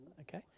okay